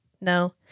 no